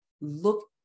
Look